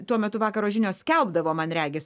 tuo metu vakaro žinios skelbdavo man regis